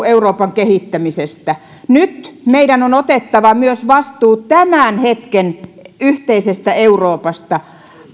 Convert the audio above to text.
euroopan kehittämisestä nyt myös meidän on otettava vastuu tämän hetken yhteisestä euroopasta